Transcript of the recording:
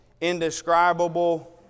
indescribable